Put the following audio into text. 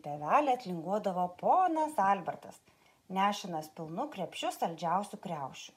pievele atlinguodavo ponas albertas nešinas pilnu krepšiu saldžiausių kriaušių